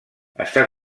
està